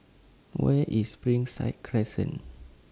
Where IS Springside Crescent